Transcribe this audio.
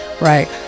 Right